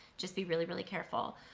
just be really really careful.